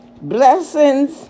Blessings